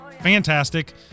fantastic